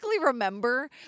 remember